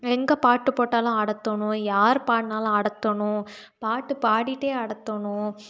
எங்கே பாட்டு போட்டாலும் ஆடத்தோணும் யார் பாடினாலும் ஆடத்தோணும் பாட்டு பாடிகிட்டே ஆடத்தோணும்